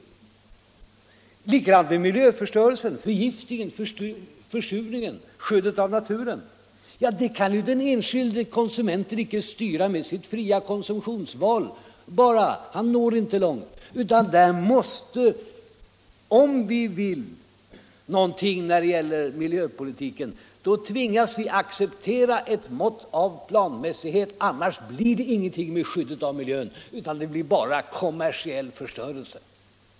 Likadant är det med skyddet av naturen, kampen mot miljöförstörelsen, förgiftningen och försurningen. Detta kan den enskilde konsumenten icke styra bara med sitt fria konsumtionsval — han når inte långt. Om vi vill någonting när det gäller miljöpolitiken, tvingas vi acceptera ett mått av planmässighet. Annars blir det ingenting med skyddet av miljön, utan det blir bara kommersiell förstörelse.